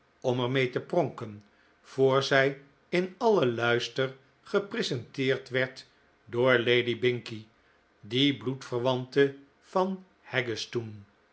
om er mee te pronken voor zij in alien luister gepresenteerd werd door lady binkie die bloedverwante van